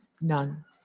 none